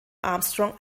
armstrong